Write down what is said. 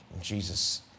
Jesus